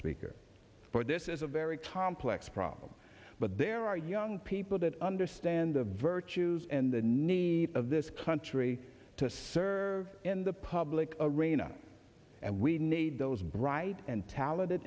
speaker but this is a very complex problem but there are young people that understand the virtues and the need of this country to serve in the public arena and we need those bright and talented